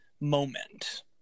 moment